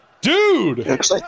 Dude